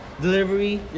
delivery